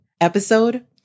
episode